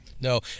No